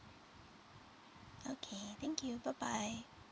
okay thank you bye bye